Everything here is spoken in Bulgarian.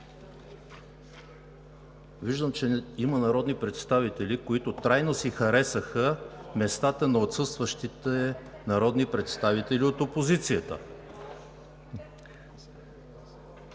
Виждам, че има народни представители, които трайно си харесаха местата на отсъстващите народни представители от опозицията.